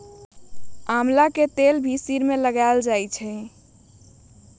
आमला के तेल भी सर में लगावल जा हई